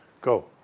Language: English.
Go